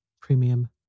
Premium